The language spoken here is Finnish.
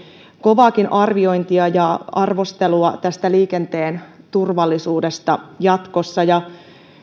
kovaakin arviointia ja arvostelua liikenteen turvallisuudesta jatkossa